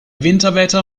winterwetter